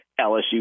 LSU